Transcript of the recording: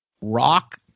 rock